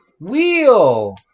Wheel